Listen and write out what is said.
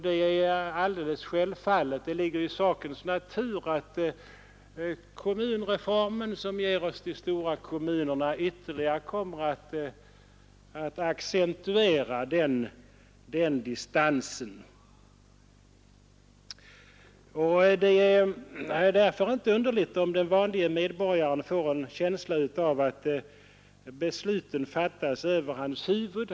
Det är också alldeles självfallet — och det ligger i sakens natur — att kommunreformen, som ger oss de stora kommunerna, ytterligare kommer att accentuera denna distans. Det är därför inte underligt om den vanlige medborgaren får en känsla av att besluten fattas över hans huvud.